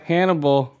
Hannibal